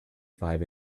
five